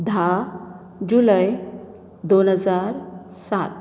धा जुलै दोन हजार सात